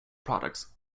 products